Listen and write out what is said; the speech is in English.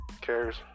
cares